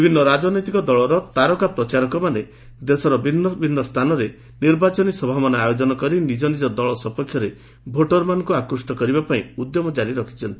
ବିଭିନ୍ନ ରାଜନୈତିକ ଦଳର ପ୍ରମୁଖ ପ୍ରଚାରକମାନେ ଦେଶର ବିଭିନ୍ନ ସ୍ଥାନରେ ନିର୍ବାଚନୀ ସଭାମାନ ଆୟୋଜନ କରି ନିଜ ନିଜ ଦଳ ସପକ୍ଷରେ ଭୋଟର୍ମାନଙ୍କୁ ଆକୃଷ୍ଟ କରାଇବାପାଇଁ ଉଦ୍ୟମ ଜାରି ରଖିଛନ୍ତି